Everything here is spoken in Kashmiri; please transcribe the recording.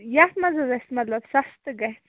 یتھ منٛز حظ اَسہِ مطلب سَستہٕ گَژھِ